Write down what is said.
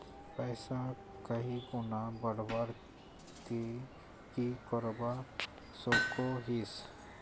पैसा कहीं गुणा बढ़वार ती की करवा सकोहिस?